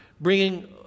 bringing